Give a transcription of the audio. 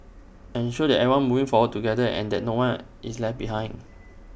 ensure that everyone moving forward together and that no one is left behind